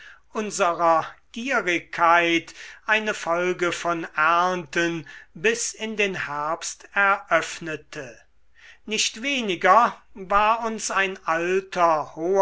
unserer gierigkeit eine folge von ernten bis in den herbst eröffnete nicht weniger war uns ein alter